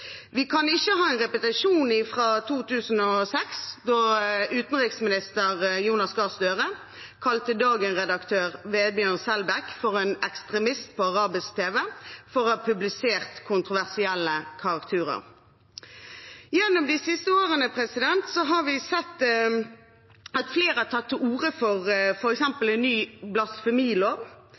Vi kan ikke ha en repetisjon fra 2006, da utenriksminister Jonas Gahr Støre kalte Dagen-redaktør Vebjørn Selbekk for en ekstremist på arabisk tv for å ha publisert kontroversielle karikaturer. Gjennom de siste årene har vi sett at flere har tatt til orde for f.eks. en ny blasfemilov,